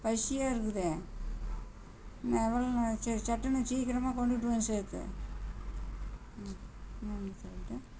பசியா இருக்குதே இன்னும் எவ்வளோ நேரம் சரி சட்டுனு சீக்கிரமாக கொண்டுகிட்டு வந்து சேர்த்து